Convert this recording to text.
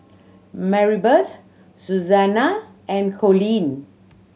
Maribeth Susannah and Coleen